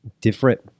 different